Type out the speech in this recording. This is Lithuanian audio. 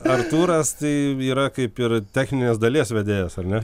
artūras tai yra kaip ir techninės dalies vedėjas ar ne